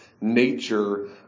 nature